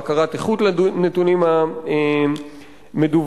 בקרת איכות לנתונים המדווחים.